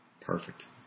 Perfect